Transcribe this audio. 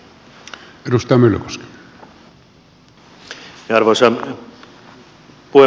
arvoisa puhemies